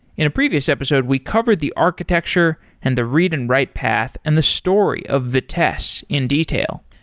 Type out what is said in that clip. in a previous episode we covered the architecture and the read and write path and the story of vitess in detail.